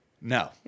No